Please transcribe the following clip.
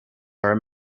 are